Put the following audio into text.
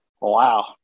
Wow